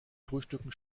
frühstücken